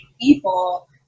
people